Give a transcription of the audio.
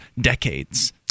decades